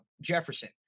Jefferson